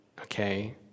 okay